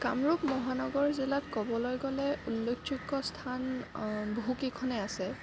কামৰূপ মহানগৰ জিলাত ক'বলৈ গ'লে উল্লেখযোগ্য় স্থান বহুকেইখনেই আছে